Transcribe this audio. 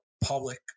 public